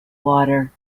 water